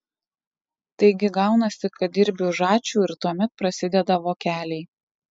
taigi gaunasi kad dirbi už ačiū ir tuomet prasideda vokeliai